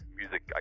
music